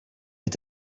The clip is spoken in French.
est